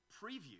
preview